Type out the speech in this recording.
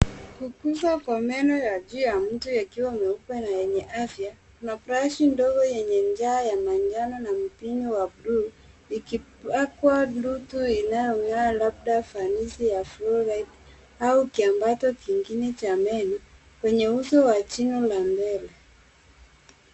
Kukuza kwa meno ya juu ya mtu yakiwa meupe na yenye afya. Kuna brashi ndogo yenye njaa ya manjano na mipino ya buluu ikiekwa blutu inayongaa labda fanisi ya fluoride au kiambato kingine cha meno, kwenye uso wa jino la mbele.